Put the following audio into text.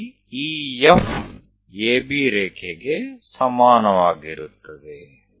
ಅಲ್ಲಿ EF AB ರೇಖೆಗೆ ಸಮಾನವಾಗಿರುತ್ತದೆ